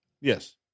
Yes